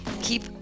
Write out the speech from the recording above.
Keep